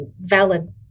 valid